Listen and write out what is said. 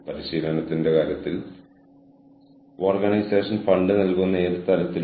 പക്ഷേ മനുഷ്യർ ഒരിക്കലും ബിസിനസ്സിൽ നിന്ന് പൂർണ്ണമായും പുറത്താകില്ലെന്ന് എനിക്ക് ഉറപ്പുണ്ട്